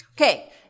Okay